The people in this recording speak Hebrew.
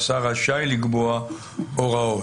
השר רשאי לקבוע הוראות.